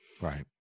Right